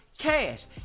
Cash